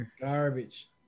Garbage